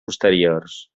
posteriors